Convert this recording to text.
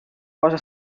cosa